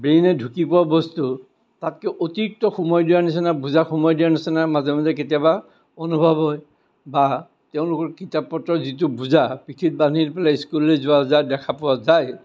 ব্ৰেইনে ঢুকি পোৱা বস্তু তাতকৈ অতিৰিক্ত সোমোৱাই দিয়াৰ নিচিনা বোজা সোমোৱাই দিয়াৰ নিচিনা মাজে মাজে কেতিয়াবা অনুভৱ হয় বা তেওঁলোকৰ কিতাপ পত্ৰ যিটো বোজা পিঠিত বান্ধি পেলাই স্কুললৈ যোৱা যায় দেখা পোৱা যায়